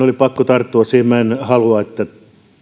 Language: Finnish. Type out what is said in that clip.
oli pakko tarttua tähän koska minä en halua